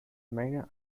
menge